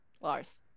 Lars